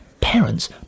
Parents